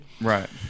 Right